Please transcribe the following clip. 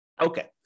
Okay